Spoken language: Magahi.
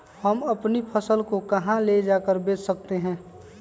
हम अपनी फसल को कहां ले जाकर बेच सकते हैं?